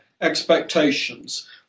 expectations